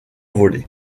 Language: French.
volets